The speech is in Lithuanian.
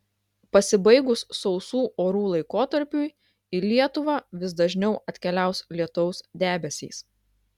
pasibaigus sausų orų laikotarpiui į lietuvą vis dažniau atkeliaus lietaus debesys